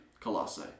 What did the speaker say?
Colossae